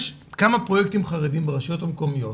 יש כמה פרויקטים חרדים ברשויות המקומיות